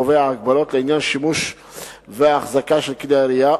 קובע הגבלות לעניין שימוש ואחזקה של כלי ירייה,